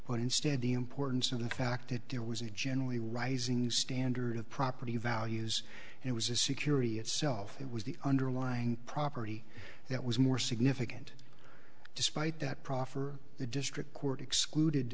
instead the importance of the fact that there was a generally rising standard of property values and it was a security itself it was the underlying property that was more significant despite that proffer the district court excluded